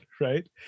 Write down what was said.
right